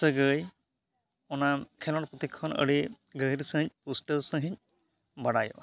ᱥᱟᱺᱜᱟᱹᱭ ᱚᱱᱟ ᱠᱷᱮᱞᱳᱰ ᱯᱩᱛᱷᱤ ᱠᱷᱚᱱ ᱟᱹᱰᱤ ᱜᱟᱹᱦᱤᱨ ᱥᱟᱺᱦᱤᱡ ᱯᱩᱥᱴᱟᱹᱣ ᱥᱟᱺᱦᱤᱡ ᱵᱟᱲᱟᱭᱚᱜᱼᱟ